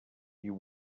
you